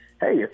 Hey